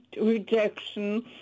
rejection